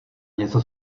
něco